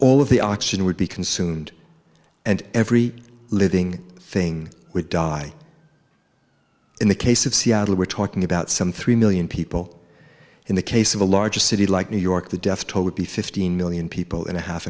all of the oxygen would be consumed and every living thing would die in the case of seattle we're talking about some three million people in the case of a large city like new york the death toll would be fifteen million people in a half